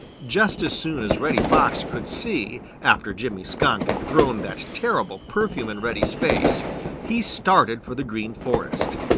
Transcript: just as soon as reddy fox could see after jimmy skunk had thrown that terrible perfume in reddy's face he started for the green forest.